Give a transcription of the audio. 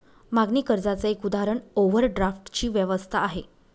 मागणी कर्जाच एक उदाहरण ओव्हरड्राफ्ट ची व्यवस्था आहे